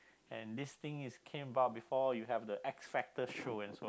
and this thing is came about before you have the X Factor show and so on